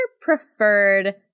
preferred